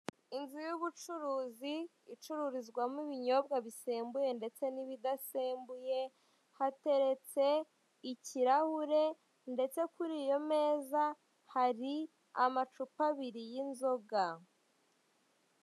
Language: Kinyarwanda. Inzu y'ubucuruzi, icururizwamo ibinyobwa bisembuye ndetS n'ibidasembuye, hateretse ikirahure, ndetse kuri iyo meza hateretse amacupa abiri y'inzoga.